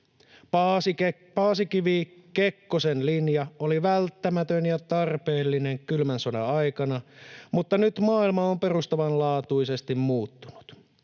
Paasikivi—Kekkosen-linja oli välttämätön ja tarpeellinen kylmän sodan aikana, mutta nyt maailma on perustavanlaatuisesti muuttunut.